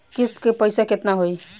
किस्त के पईसा केतना होई?